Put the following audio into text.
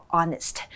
Honest 。